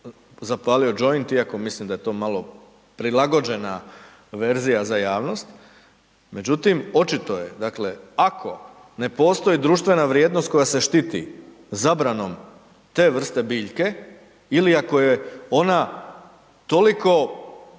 zapalio joint iako mislim da je to malo prilagođena verzija za javnost, međutim, očito je, dakle, ako ne postoji društvena vrijednost koja se štiti zabranom te vrste biljke ili ako je ona toliko